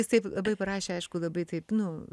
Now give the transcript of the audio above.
jis taip parašė aišku labai taip nu